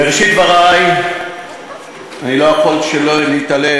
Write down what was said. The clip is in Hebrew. בראשית דברי אני לא יכול להתעלם,